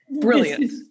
Brilliant